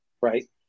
right